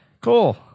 Cool